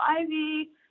Ivy